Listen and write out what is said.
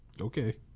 okay